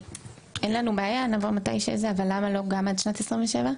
אין לנו בעיה, אבל למה לא גם עד שנת 27'?